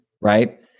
right